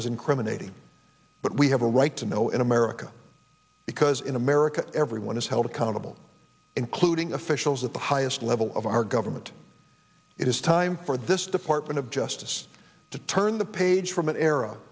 was incriminating but we have a right to know in america because in america everyone is held accountable including officials at the highest level of our government it is time for this department of justice to turn the page from an era